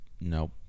Nope